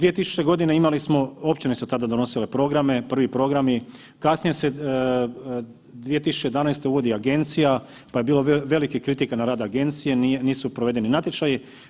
2000. godine imali smo, općine su tada donosile programe, prvi programi, kasnije se 2011. uvodi agencija pa je bilo velikih kritika na rad agencije, nisu provedeni natječaji.